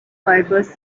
fibers